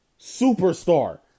Superstar